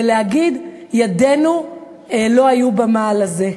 ולהגיד: ידינו לא היו במעל הזה.